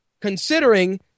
considering